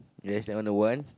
yes that one the one